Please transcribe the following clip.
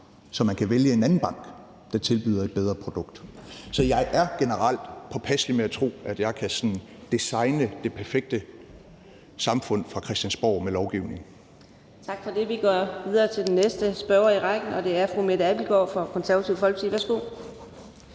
så man kan vælge en anden bank, der tilbyder et bedre produkt. Så jeg er generelt påpasselig med at tro, at jeg med lovgivning sådan kan designe det perfekte samfund fra Christiansborg. Kl. 15:08 Fjerde næstformand (Karina Adsbøl): Tak for det. Vi går videre til den næste spørger i rækken, og det er fru Mette Abildgaard fra Det Konservative Folkeparti. Værsgo.